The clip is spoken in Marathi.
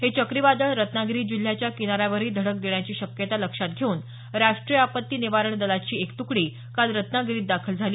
हे चक्री वादळ रत्नागिरी जिल्ह्याच्या किनाऱ्यावरही धडक देण्याची शक्यता लक्षात घेऊन राष्ट्रीय आपत्ती निवारण दलाची एक तुकडी काल रत्नागिरीत दाखल झाली